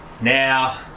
Now